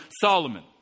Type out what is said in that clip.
Solomon